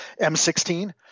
M16